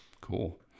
cool